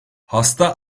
hasta